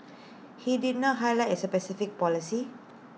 he did not highlight A specific policy